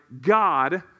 God